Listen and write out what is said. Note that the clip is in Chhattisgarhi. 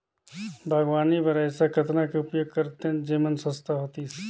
बागवानी बर ऐसा कतना के उपयोग करतेन जेमन सस्ता होतीस?